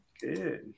Good